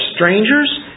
strangers